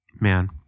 man